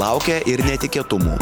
laukia ir netikėtumų